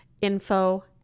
Info